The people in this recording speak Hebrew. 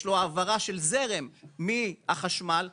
יש לו העברה של זרם מהחשמל לאדמה.